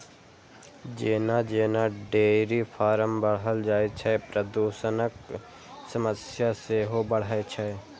जेना जेना dairy farm बढ़ल जाइ छै, प्रदूषणक समस्या सेहो बढ़ै छै